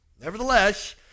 Nevertheless